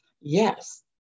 Yes